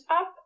up